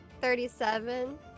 Thirty-seven